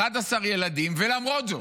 11 ילדים, ולמרות זאת,